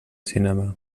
cinema